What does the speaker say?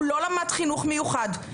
הוא לא למד חינוך מיוחד,